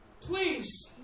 please